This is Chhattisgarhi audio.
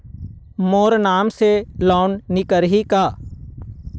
मोर नाम से लोन निकारिही का?